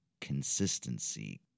consistency